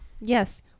yes